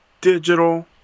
digital